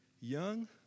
Young